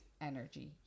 energy